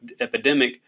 epidemic